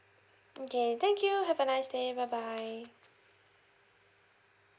okay thank you have a nice day bye bye